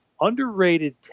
underrated